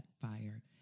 fire